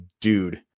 dude